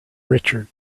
richard